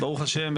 ברוך השם,